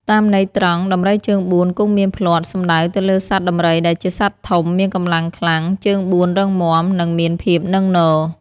តាមន័យត្រង់ ដំរីជើងបួនគង់មានភ្លាត់ សំដៅទៅលើសត្វដំរីដែលជាសត្វធំ មានកម្លាំងខ្លាំង ជើងបួនរឹងមាំ និងមានភាពនឹងនរ។